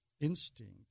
instinct